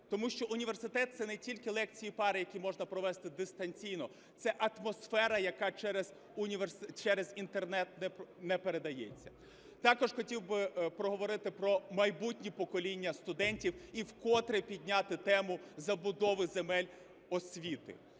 Тому що університет – це не тільки лекції і пари, які можна провести дистанційно, це атмосфера, яка через інтернет не передається. Також хотів би проговорити про майбутнє покоління студентів і вкотре підняти тему забудови земель освіти,